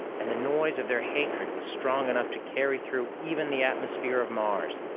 and the noise of their hatred was strong enough to carry through even the atmosphere of mars.